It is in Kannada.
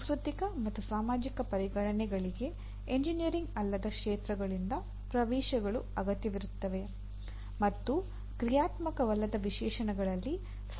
ಸಾಂಸ್ಕೃತಿಕ ಮತ್ತು ಸಾಮಾಜಿಕ ಪರಿಗಣನೆಗಳಿಗೆ ಎಂಜಿನಿಯರಿಂಗ್ ಅಲ್ಲದ ಕ್ಷೇತ್ರಗಳಿಂದ ಪ್ರವೇಶ್ಯಗಳು ಅಗತ್ಯವಿರುತ್ತದೆ ಮತ್ತು ಕ್ರಿಯಾತ್ಮಕವಲ್ಲದ ವಿಶೇಷಣಗಳಲ್ಲಿ ಸಂಯೋಜಿಸಲ್ಪಡುತ್ತದೆ